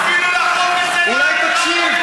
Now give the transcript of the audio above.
אפילו לחוק הזה, אולי תקשיב.